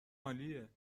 عالیه